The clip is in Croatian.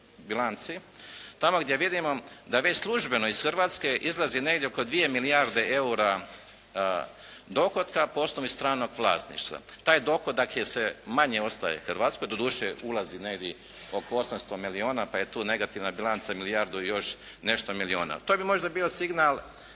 bilanci tamo gdje vidimo da već službeno iz Hrvatske izlazi negdje oko 2 milijarde eura dohotka po osnovi stranog vlasništva. Taj dohodak manje ostaje Hrvatskoj, doduše ulazi negdje oko 800 milijuna pa je tu negativna bilanca milijardu i još nešto milijuna. To bi možda bio signal,